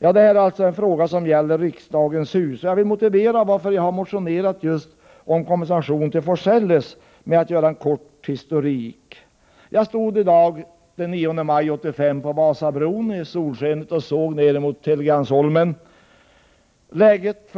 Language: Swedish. borta. Frågan gäller alltså riksdagens hus. Jag vill anföra några motiv till att jag motionerat just om kompensation till Olof af Forselles. Jag gör det genom att ge en kort historik. I dag den 9 maj 1985 stod jag i solskenet på Vasabron och såg ned mot Helgeandsholmen.